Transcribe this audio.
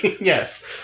Yes